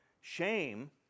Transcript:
Shame